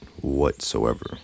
whatsoever